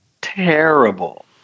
terrible